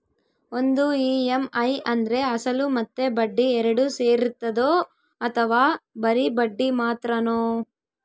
ಒಂದು ಇ.ಎಮ್.ಐ ಅಂದ್ರೆ ಅಸಲು ಮತ್ತೆ ಬಡ್ಡಿ ಎರಡು ಸೇರಿರ್ತದೋ ಅಥವಾ ಬರಿ ಬಡ್ಡಿ ಮಾತ್ರನೋ?